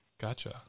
Gotcha